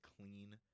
clean